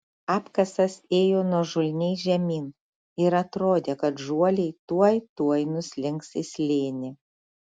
apkasas ėjo nuožulniai žemyn ir atrodė kad žuoliai tuoj tuoj nuslinks į slėnį